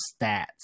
stats